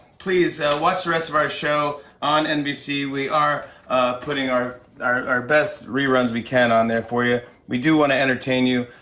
please watch the rest of our show on nbc. we are putting our our best reruns we can on there for you. we do want to entertain you.